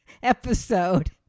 episode